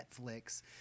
Netflix